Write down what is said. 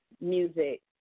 music